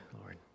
Lord